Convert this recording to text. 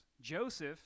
Joseph